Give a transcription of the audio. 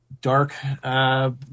dark